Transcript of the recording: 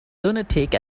lunatic